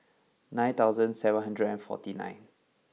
nine thousand seven hundred and forty nine